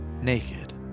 Naked